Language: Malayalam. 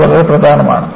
ഇത് വളരെ പ്രധാനമാണ്